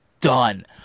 done